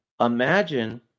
imagine